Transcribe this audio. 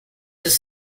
his